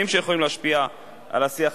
ועל-ידי כך,